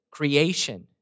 creation